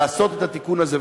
לעשות את התיקון הזה.